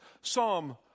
Psalm